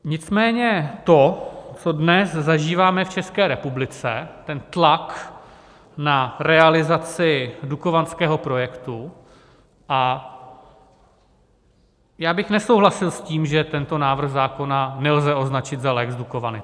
Nicméně to, co dnes zažíváme v České republice, tlak na realizaci dukovanského projektu a já bych nesouhlasil s tím, že tento návrh zákona nelze označit za lex Dukovany.